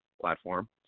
platform